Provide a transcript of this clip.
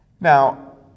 now